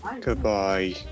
Goodbye